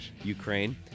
Ukraine